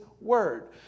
word